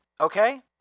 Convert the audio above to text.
Okay